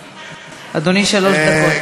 אדוני, שלוש דקות.